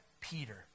Peter